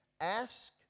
ask